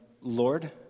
Lord